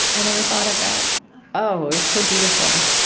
i never thought of that oh, it's so beautiful